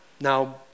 Now